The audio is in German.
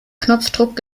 knopfdruck